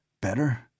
Better